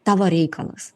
tavo reikalas